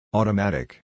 Automatic